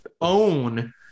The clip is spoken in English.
own